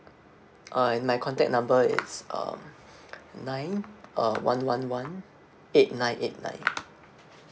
uh and my contact number is uh nine uh one one one eight nine eight nine